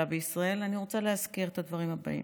בישראל אני רוצה להזכיר את הדברים הבאים: